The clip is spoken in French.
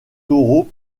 taureaux